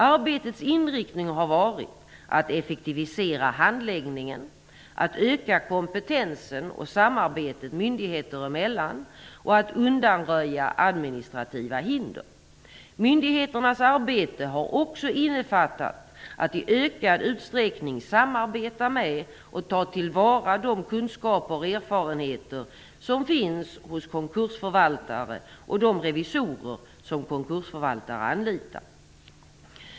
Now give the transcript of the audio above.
Arbetets inriktning har varit att effektivisera handläggningen, att öka kompetensen och samarbetet myndigheter emellan och att undanröja administrativa hinder. Myndigheternas arbete har också innefattat att i ökad utsträckning samarbeta med och ta till vara de kunskaper och erfarenheter som finns hos konkursförvaltare och de revisorer som konkursförvaltare anlitar.